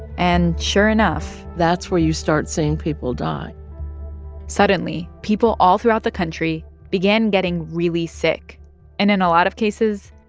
and sure enough. that's where you start seeing people die suddenly people all throughout the country began getting really sick and, in a lot of cases,